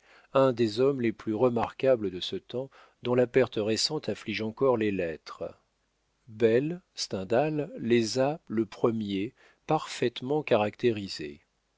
un des hommes les plus remarquables de ce temps dont la perte récente afflige encore les lettres beyle stendhal les a le premier parfaitement caractérisées